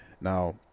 now